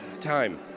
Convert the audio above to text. time